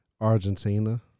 Argentina